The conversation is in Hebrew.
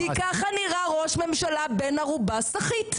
כי ככה נראה ראש ממשלה בן ערובה סחיט.